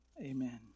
Amen